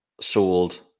sold